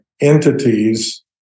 entities